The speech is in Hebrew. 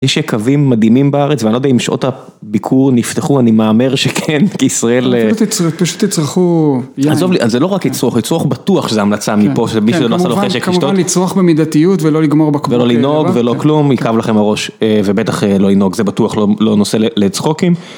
יש יקבים מדהימים בארץ, ואני לא יודע אם שעות הביקור נפתחו, אני מהמר שכן, כי ישראל... פשוט תצרכו יין... עזוב, זה לא רק לצרוך, לצרוך בטוח שזו המלצה מפה, שמי שזה לא עשה לו חשק לשתות. כמובן, לצרוך במידתיות ולא לגמור בקבוק לבד. ולא לנהוג ולא כלום, יכאב לכם הראש, ובטח לא לנהוג, זה בטוח לא נושא לצחוקים.